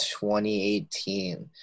2018